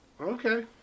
Okay